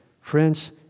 Friends